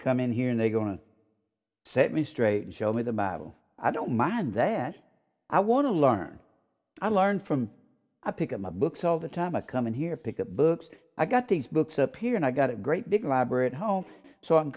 come in here and they're going to set me straight and show me the bible i don't mind that i want to learn i learned from i pick up my books all the time i come in here pick up books i've got these books appear and i've got a great big library at home so i